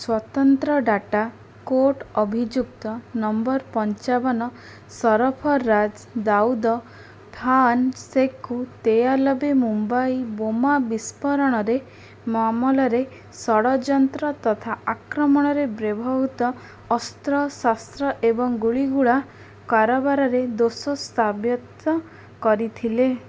ସ୍ୱତନ୍ତ୍ର ଡାଟା କୋର୍ଟ ଅଭିଯୁକ୍ତ ନମ୍ବର୍ ପଞ୍ଚାବନ ସରଫରାଜ ଦାଉଦ ଖାନ୍ ସେକ୍ କୁ ତେୟାଲବେ ମୁମ୍ବାଇ ବୋମା ବିସ୍ଫୋରଣରେ ମାମଲାରେ ଷଡ଼ଯନ୍ତ୍ର ତଥା ଆକ୍ରମଣରେ ବ୍ୟବହୃତ ଅସ୍ତ୍ରଶସ୍ତ୍ର ଏବଂ ଗୁଳିଗୋଳା କାରବାରରେ ଦୋଷୀ ସାବ୍ୟସ୍ତ କରିଥିଲେ